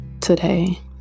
today